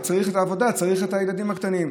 וכדי לחזור לעבודה צריך להחזיר את הילדים הקטנים.